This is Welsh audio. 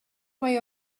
mae